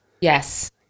Yes